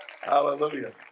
Hallelujah